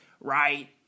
right